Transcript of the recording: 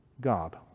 God